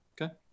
Okay